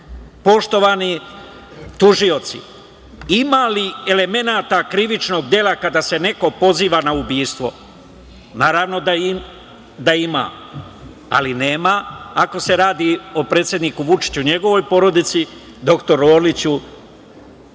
meru. Poštovani tužioci, imali elemenata krivičnog dela kada se neko poziva na ubistvo? Naravno da ima, ali nema ako se radi o predsedniku Vučiću i njegovoj porodici, dr Orliću